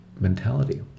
mentality